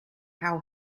how